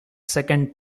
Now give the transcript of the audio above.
second